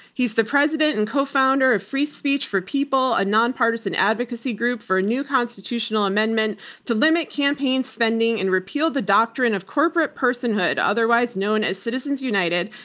he is the president and co-founder of free speech for people, a nonpartisan advocacy group for a new constitutional amendment to limit campaign spending and repeal the doctrine of corporate personhood otherwise known as citizens united,